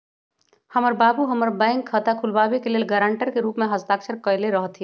हमर बाबू हमर बैंक खता खुलाबे के लेल गरांटर के रूप में हस्ताक्षर कयले रहथिन